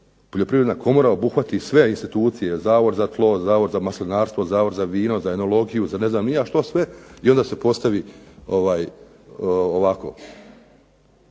Poljoprivredna komora obuhvati sve institucije Zavod za tlo, Zavod za maslinarstvo, Zavod za vino, za enologiju, za ne znam ni ja što sve i onda se postavi ovako.